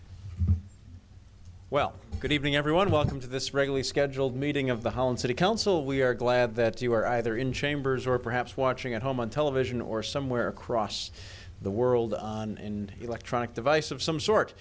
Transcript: well good evening everyone welcome to this regularly scheduled meeting of the holland city council we are glad that you are either in chambers or perhaps watching at home on television or somewhere across the world in electronic device of some sort